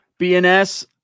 BNS